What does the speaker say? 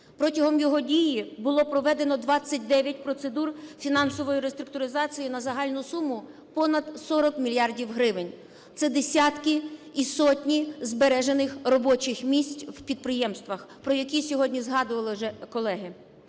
Протягом його дії було проведено 29 процедур фінансової реструктуризації на загальну суму понад 40 мільярдів гривень. Це десятки і сотні збережених робочих місць в підприємствах, про які сьогодні згадували вже колеги.